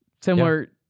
similar